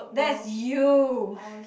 that's you